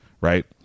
Right